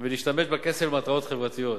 ולהשתמש בכסף למטרות חברתיות.